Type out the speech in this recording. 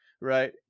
right